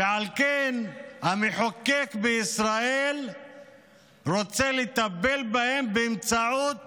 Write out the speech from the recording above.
ועל כן המחוקק בישראל רוצה לטפל בהם באמצעות